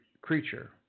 creature